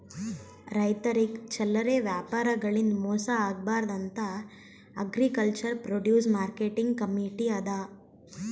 ರೈತರಿಗ್ ಚಲ್ಲರೆ ವ್ಯಾಪಾರಿಗಳಿಂದ್ ಮೋಸ ಆಗ್ಬಾರ್ದ್ ಅಂತಾ ಅಗ್ರಿಕಲ್ಚರ್ ಪ್ರೊಡ್ಯೂಸ್ ಮಾರ್ಕೆಟಿಂಗ್ ಕಮೀಟಿ ಅದಾ